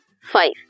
five